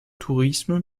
tourisme